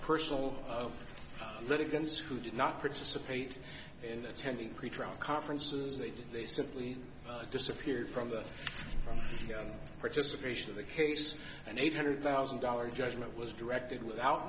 personal litigants who did not participate in attending pretrial conferences they did they simply disappeared from the participation of the case an eight hundred thousand dollars judgment was directed without